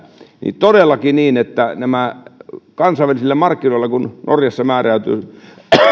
niin todellakin kun kansainvälisillä markkinoilla norjassa määräytyy